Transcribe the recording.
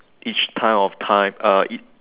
each point of time each